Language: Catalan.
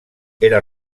era